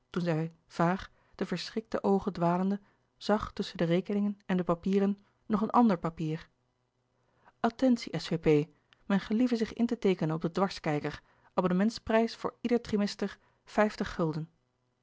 vaag de verschrikte oogen dwalende zag tusschen de rekeningen en de papieren nog een ander papier attentie s v p men gelieve zich in te teekenen op den dwarskijker abonnementsprijs voor ieder trimester vijftig